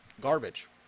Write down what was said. garbage